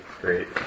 Great